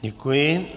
Děkuji.